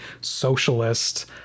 socialist